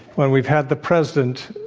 when we've had the president,